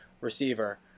receiver